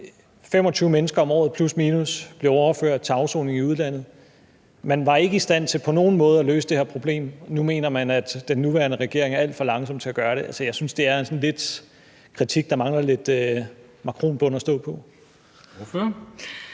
25 mennesker om året plus/minus blev overført til afsoning i udlandet. Man var ikke i stand til på nogen måde at løse det her problem. Nu mener man, at den nuværende regering er alt for langsomme til at gøre det. Altså, jeg synes, det er sådan en kritik, der mangler lidt makronbund at stå på. Kl.